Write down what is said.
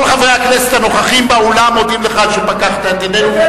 כל חברי הכנסת הנוכחים באולם מודים לך על שפקחת את עינינו.